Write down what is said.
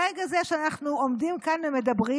ברגע זה שאנחנו עומדים כאן ומדברים,